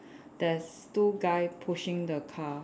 there's two guy pushing the car